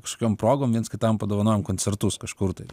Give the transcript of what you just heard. kažkokiom progom viens kitam padovanojom koncertus kažkur tai